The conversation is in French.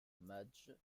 madge